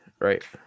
right